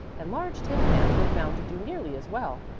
and large tin pans were found to do nearly as well.